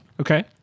Okay